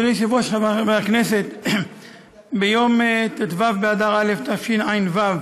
15 בעד, מתנגד אחד, אין נמנעים.